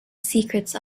secrets